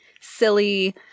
silly